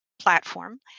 platform